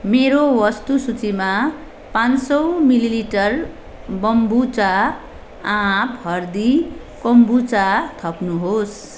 मेरो वस्तु सूचीमा पाँच सय मिलिलिटर बम्बुचा आँप हर्दी कोम्बुचा थप्नुहोस्